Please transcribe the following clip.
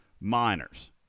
Miners